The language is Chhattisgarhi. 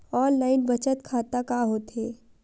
ऑनलाइन बचत खाता का होथे?